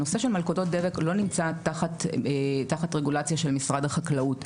הנושא של מלכודות דבק לא נמצא תחת רגולציה של משרד החקלאות.